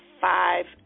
five